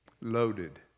Loaded